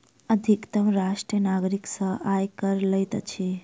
अधितम राष्ट्र नागरिक सॅ आय कर लैत अछि